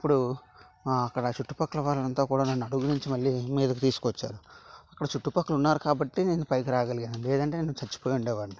అప్పుడు మా అక్కడ చుట్టుపక్కల వారు అంతా కూడా నన్ను అడుగు నుంచి నన్ను మీదకు తీసుకువచ్చారు అక్కడ చుట్టుపక్కలు ఉన్నారు కాబట్టి నేను పైకి రాగలిగాను లేదంటే నేను చచ్చిపోయి ఉండేవాన్ని